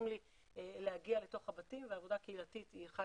לי להגיע לבתים ועבודה קהילתית היא אחד